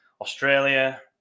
Australia